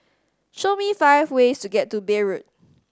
show me five ways to get to Beirut